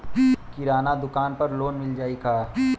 किराना दुकान पर लोन मिल जाई का?